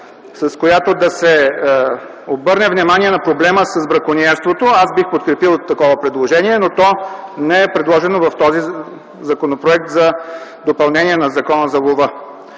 с която да се обърне внимание на проблема с бракониерството, аз бих подкрепил такова предложение. Но то не е предложено с този законопроект за допълнение на Закона за лова.